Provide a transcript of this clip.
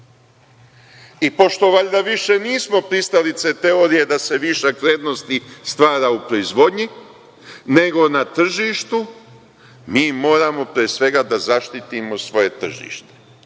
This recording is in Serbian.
Pošto valjda više nismo pristalice teorije da se višak vrednosti stvara u proizvodnji nego na tržištu, mi moramo pre svega da zaštitimo svoje tržište.